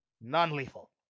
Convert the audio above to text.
Non-lethal